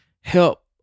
help